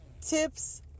tips